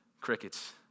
crickets